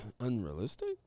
unrealistic